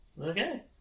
Okay